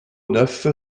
neuf